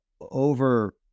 over-